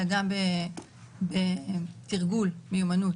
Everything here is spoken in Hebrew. אלא גם בתרגול מיומנות.